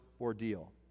ordeal